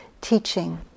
teaching